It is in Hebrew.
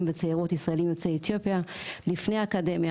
וצעירות ישראליים יוצאי אתיופיה לפני אקדמיה,